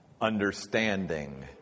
understanding